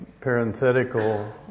parenthetical